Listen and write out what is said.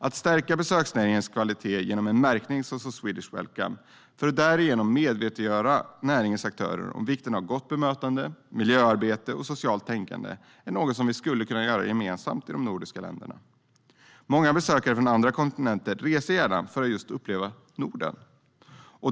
Att stärka besöksnäringens kvalitet genom en märkning såsom Swedish Welcome för att därigenom medvetandegöra näringens aktörer om vikten av gott bemötande, miljöarbete och socialt tänkande är något som skulle kunna göras gemensamt i de nordiska länderna. Många besökare från andra kontinenter reser gärna hit för att uppleva Norden.